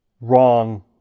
wrong